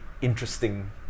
interesting